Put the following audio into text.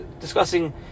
discussing